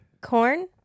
Corn